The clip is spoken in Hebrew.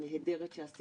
התנועה לאיכות השלטון,